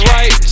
Right